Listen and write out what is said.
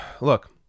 look